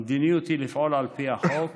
המדיניות היא לפעול על פי החוק